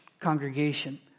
congregation